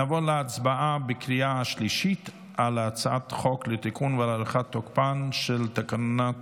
נעבור להצבעה בקריאה השלישית על הצעת חוק לתיקון ולהארכת תוקפן של תקנות